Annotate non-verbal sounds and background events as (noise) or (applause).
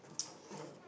(noise) you know